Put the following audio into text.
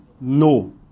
no